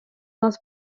нас